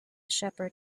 shepherd